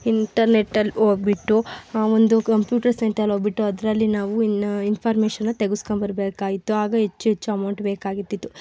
ಇಂಟರ್ನೆಟಲ್ಲಿ ಹೋಗ್ಬಿಟ್ಟು ಹಾಂ ಒಂದು ಕಂಪ್ಯೂಟರ್ ಸೆಟಲ್ಲಿ ಹೋಗ್ಬಿಟ್ಟು ಅದರಲ್ಲಿ ನಾವು ಇನ್ಫಾರ್ಮೇಷನ್ನ ತೆಗಿಸ್ಕೊಂಡ್ ಬರಬೇಕಾಯ್ತು ಆಗ ಹೆಚ್ಚು ಹೆಚ್ಚು ಅಮೌಂಟ್ ಬೇಕಾಗಿದ್ದಿತು